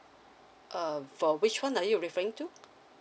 uh for which [one] are you referring to